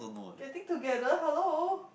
getting together hello